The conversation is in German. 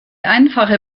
einfache